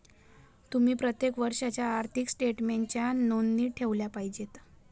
तुम्ही प्रत्येक वर्षाच्या आर्थिक स्टेटमेन्टच्या नोंदी ठेवल्या पाहिजेत